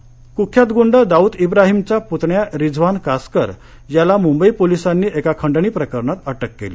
रिझवान कासकर कुख्यात गुंड दाऊद इब्राहिमचा पुतण्या रिझवान कासकर याला मुंबई पोलीसांनी एका खंडणी प्रकरणात अटक केली